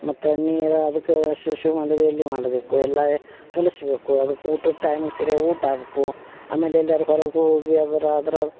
ಮತ್ತು ನೀರು ಅದಕ್ಕ ಶು ಶು ಮಾಡಿದಿಲ್ಲಿ ಮಾಡಬೇಕು ಎಲ್ಲ ಕಲಸ್ಬೇಕು ಅದಕ್ಕೆ ಊಟದ ಟೈಮಗ ಸರಿಯಾಗಿ ಊಟ ಆಬಕು ಆಮೇಲೆ ಎಲ್ಲಿಯಾರು ಹೊರಗೆ ಹೋಗಿ ಅದ್ರ ಅದ್ರ